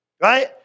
right